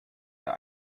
der